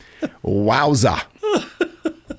Wowza